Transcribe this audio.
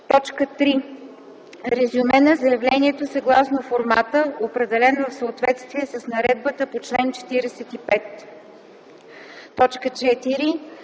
и 4: „3. резюме на заявлението съгласно формата, определен в съответствие с наредбата по чл. 45; 4.